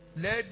let